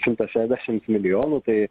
šimtą šešdešimt milijonų tai